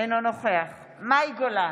אינו נוכח מאי גולן,